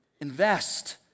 invest